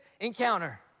encounter